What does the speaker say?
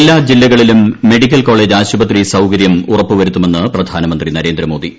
എല്ലാ ജില്ലകളിലും medical college ആശുപത്രി സൌകര്യം ഉറപ്പുവരുത്തുമെന്ന് പ്രധാനമന്ത്രി നരേന്ദ്രമോദി